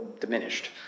diminished